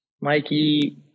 Mikey –